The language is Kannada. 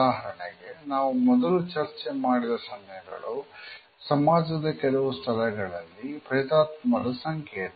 ಉದಾಹರಣೆಗೆ ನಾವು ಮೊದಲು ಚರ್ಚೆ ಮಾಡಿದ ಸನ್ನೆಗಳು ಸಮಾಜದ ಕೆಲವು ಸ್ಥಳಗಳಲ್ಲಿ ಪ್ರೇತಾತ್ಮದ ಸಂಕೇತ